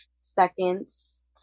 seconds